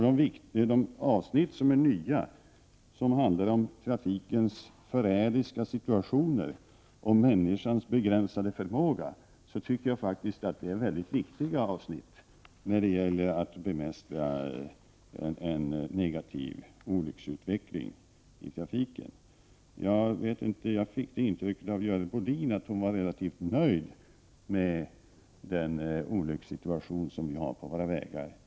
De nya avsnitten i undervisningen som handlar om trafikens förrädiska situationer, om människans begränsade förmåga, tycker jag är mycket viktiga för att vi skall kunna bemästra den negativa utvecklingen i fråga om olyckor i trafiken. Jag fick intrycket av Görel Bohlin att hon var relativt nöjd med den nuvarande olycksfrekvensen i trafiken.